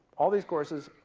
all these courses,